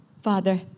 Father